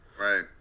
Right